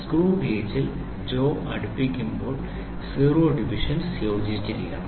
screw ഗേജിൽ ജോ അടുപ്പിക്കുമ്പോൾ സീറോ ഡിവിഷൻസ് യോജിച്ചിരിക്കണം